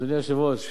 אדוני היושב-ראש,